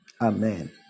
amen